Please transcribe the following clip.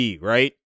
right